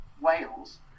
Wales